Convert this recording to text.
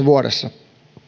vuodessa